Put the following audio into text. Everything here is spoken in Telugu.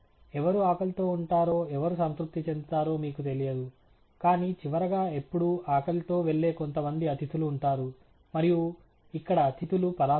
ఎవరు ఆకలితో ఉంటారో ఎవరు సంతృప్తి చెందుతారో మీకు తెలియదు కానీ చివరగా ఎప్పుడూ ఆకలితో వెళ్ళే కొంతమంది అతిథులు ఉంటారు మరియు ఇక్కడ అతిథులు పరామితులు